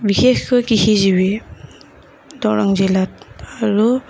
বিশেষকৈ কৃষিজীৱি দৰং জিলাত আৰু